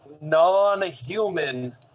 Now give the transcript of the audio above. non-human